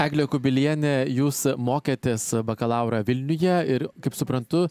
egle kubiliene jūs mokėtės bakalaurą vilniuje ir kaip suprantu